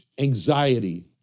anxiety